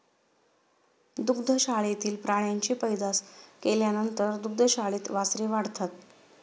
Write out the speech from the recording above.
दुग्धशाळेतील प्राण्यांची पैदास केल्यानंतर दुग्धशाळेत वासरे वाढतात